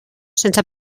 sense